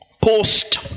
Post